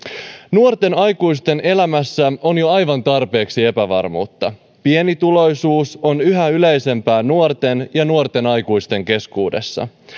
nuorten aikuisten elämässä on jo aivan tarpeeksi epävarmuutta pienituloisuus on yhä yleisempää nuorten ja nuorten aikuisten keskuudessa